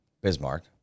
Bismarck